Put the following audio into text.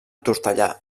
tortellà